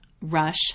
rush